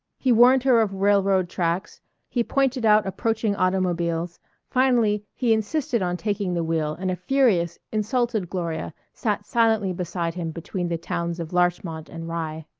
he warned her of railroad tracks he pointed out approaching automobiles finally he insisted on taking the wheel and a furious, insulted gloria sat silently beside him between the towns of larchmont and rye.